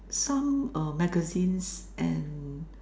some err magazines and